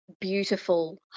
beautiful